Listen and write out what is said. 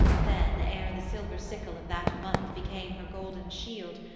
then, ere the silver sickle of that month became her golden shield,